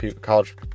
college